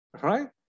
right